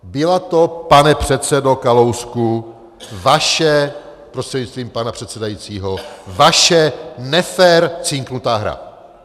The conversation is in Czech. Byla to, pane předsedo Kalousku prostřednictvím pana předsedajícího, vaše nefér cinknutá hra.